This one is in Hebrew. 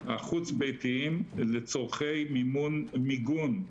החוץ-ביתיים לצרכי מימון מיגון.